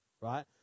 right